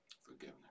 Forgiveness